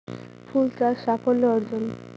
ফুল চাষ সাফল্য অর্জন?